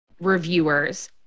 reviewers